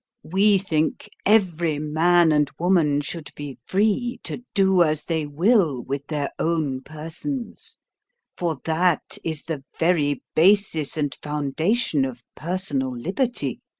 we think every man and woman should be free to do as they will with their own persons for that is the very basis and foundation of personal liberty.